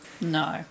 No